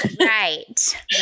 Right